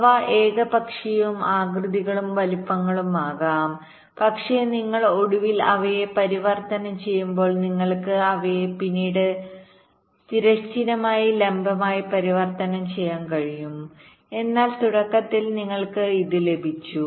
അവ ഏകപക്ഷീയവും ആകൃതികളും വലുപ്പങ്ങളും ആകാം പക്ഷേ നിങ്ങൾ ഒടുവിൽ അവയെ പരിവർത്തനം ചെയ്യുമ്പോൾ നിങ്ങൾക്ക് അവയെ പിന്നീട് തിരശ്ചീനമായി ലംബമായി പരിവർത്തനം ചെയ്യാൻ കഴിയും എന്നാൽ തുടക്കത്തിൽ നിങ്ങൾക്ക് ഇത് ലഭിച്ചു